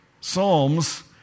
Psalms